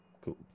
cool